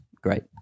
great